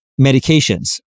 medications